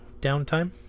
downtime